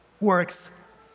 works